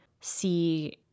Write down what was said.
see